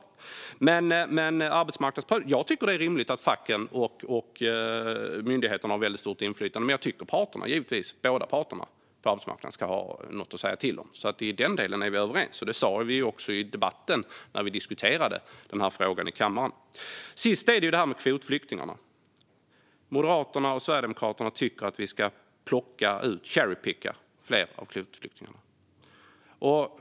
När det alltså gäller arbetsmarknadsprövningen tycker jag att det är rimligt att facket och myndigheterna har stort inflytande, men jag tycker givetvis att båda parterna på arbetsmarknaden ska ha något att säga till om. I den delen är vi alltså överens, och det sa vi även när vi debatterade den här frågan i kammaren. Till sist vill jag också ta upp kvotflyktingarna. Moderaterna och Sverigedemokraterna tycker att vi ska hålla på med cherry picking och plocka ut fler av kvotflyktingarna.